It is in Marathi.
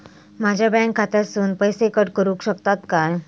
माझ्या बँक खात्यासून पैसे कट करुक शकतात काय?